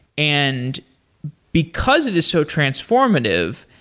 and because it is so transformative,